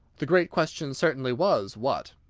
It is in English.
the great question certainly was, what?